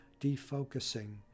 defocusing